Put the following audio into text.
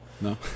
No